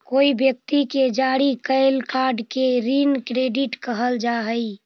कोई व्यक्ति के जारी कैल कार्ड के ऋण क्रेडिट कहल जा हई